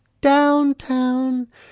Downtown